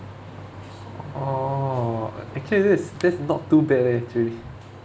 orh actually that's that's not too bad eh actually